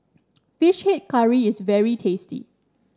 fish head curry is very tasty